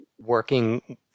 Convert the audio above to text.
working